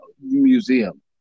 museum